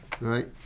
right